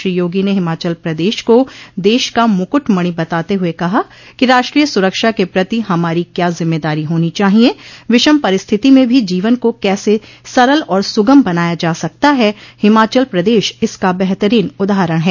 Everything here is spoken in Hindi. श्री योगी ने हिमाचल प्रदेश को देश का मुकुट मणि बताते हुए कहा कि राष्ट्रीय सुरक्षा के पति हमारी क्या जिम्मेदारी होनी चाहिये विषम परिस्थिति में भी जीवन को कैसे सरल और सुगम बनाया जा सकता है हिमाचल प्रदेश इसका बेहतरीन उदाहरण है